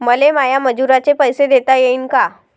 मले माया मजुराचे पैसे देता येईन का?